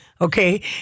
okay